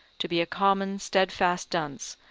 to be a common steadfast dunce,